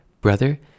brother